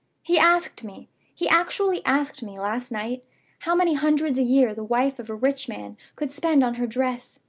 he asked me he actually asked me, last night how many hundreds a year the wife of a rich man could spend on her dress.